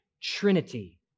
trinity